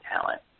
talent